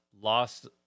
lost